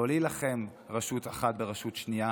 לא להילחם רשות אחת ברשות שנייה